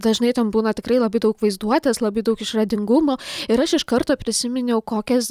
dažnai ten būna tikrai labai daug vaizduotės labai daug išradingumo ir aš iš karto prisiminiau kokias